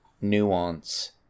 nuance